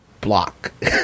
block